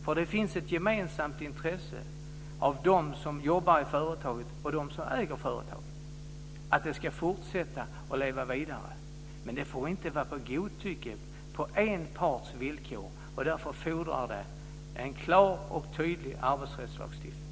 Det finns nämligen ett gemensamt intresse hos dem som jobbar i företaget och dem som äger det att det ska fortsätta, och leva vidare. Men det får inte ske med godtycke och på en parts villkor. Därför fordras en klar och tydlig arbetsrättslagstiftning.